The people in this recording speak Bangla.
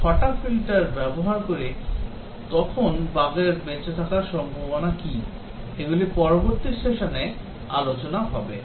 Glossary English Word Word Meaning testing testing পরীক্ষা Life Cycle Model life cycle model life cycle model verification verification যাচাই করা validation ভ্যালিডেশন বৈধতা bug বাগ বাগ